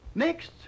Next